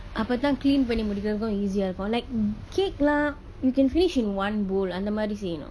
அபதா:apatha clean பன்னி முடிக்குரதுக்கு:panni mudikurathukku easy ah இருக்கு:irukku like cake lah you can finish in one bowl அந்த மாதிரி செய்யணு:andtha maathiri seiyanu